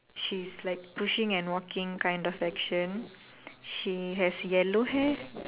she's like pushing and walking kind of action she has yellow hair